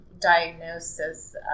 diagnosis